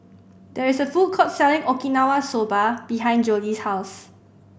there is a food court selling Okinawa Soba behind Jolie's house